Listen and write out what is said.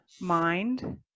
mind